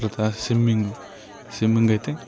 తర్వాత swimming swimming అయితే